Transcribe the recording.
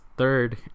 third